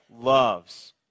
loves